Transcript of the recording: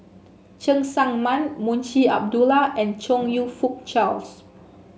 Cheng Tsang Man Munshi Abdullah and Chong You Fook Charles